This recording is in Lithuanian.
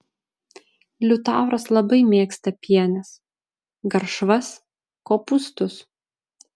liutauras labai mėgsta pienes garšvas kopūstus